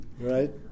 Right